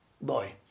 boy